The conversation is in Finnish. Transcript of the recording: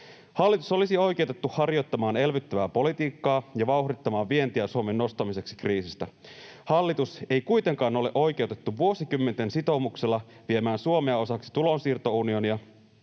Hallitus olisi oikeutettu harjoittamaan elvyttävää politiikkaa ja vauhdittamaan vientiä Suomen nostamiseksi kriisistä. Hallitus ei kuitenkaan ole oikeutettu vuosikymmenten sitoumuksella viemään Suomea osaksi tulonsiirtounionia,